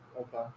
Okay